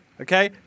okay